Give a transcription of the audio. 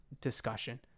discussion